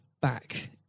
back